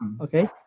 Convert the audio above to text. Okay